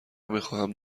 میخواهم